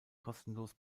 kostenlos